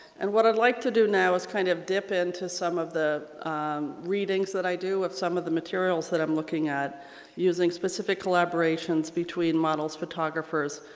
and what i'd like to do now is kind of dip in to some of the readings that i do with some of the materials that i'm looking at using specific collaborations between models, photographers,